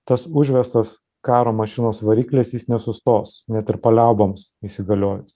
tas užvestas karo mašinos variklis jis nesustos net ir paliauboms įsigaliojus